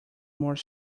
more